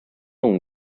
重点